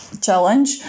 challenge